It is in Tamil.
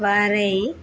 வரை